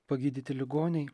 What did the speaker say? pagydyti ligoniai